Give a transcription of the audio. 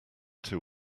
too